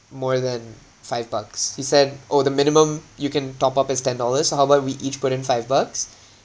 more than five bucks he said oh the minimum you can top up is ten dollars so how about we each put in five bucks